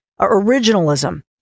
originalism